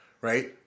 right